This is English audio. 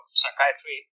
psychiatry